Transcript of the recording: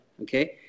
okay